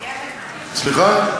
יהיה, סליחה?